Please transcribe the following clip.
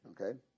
okay